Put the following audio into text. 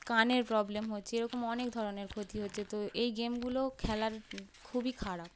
কানের প্রবলেম হচ্ছে এরকম অনেক ধরনের ক্ষতি হচ্ছে তো এই গেমগুলো খেলা খুবই খারাপ